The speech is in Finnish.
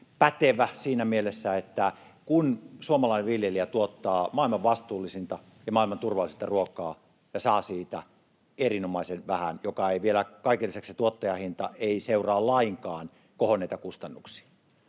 epäpätevä siinä mielessä, että suomalainen viljelijä tuottaa maailman vastuullisinta ja maailman turvallisinta ruokaa ja saa siitä erinomaisen vähän, ja vielä kaiken lisäksi tuottajahinta ei seuraa lainkaan kohonneita kustannuksia.